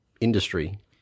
industry